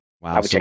Wow